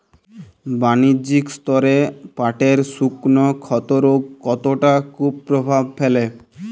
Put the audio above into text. বাণিজ্যিক স্তরে পাটের শুকনো ক্ষতরোগ কতটা কুপ্রভাব ফেলে?